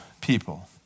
people